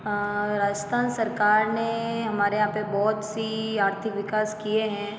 हाँ राजस्थान सरकार ने हमारे यहाँ पर बहुत से आर्थिक विकास किए हैं